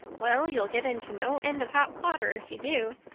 well, you'll get into no end of hot water if you do.